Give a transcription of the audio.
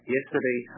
Yesterday